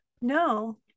No